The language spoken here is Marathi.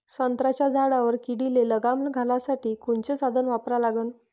संत्र्याच्या झाडावर किडीले लगाम घालासाठी कोनचे साधनं वापरा लागन?